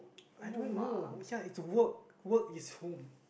I don't know oh ya it's work work is home